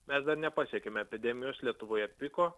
mes dar nepasiekėme epidemijos lietuvoje piko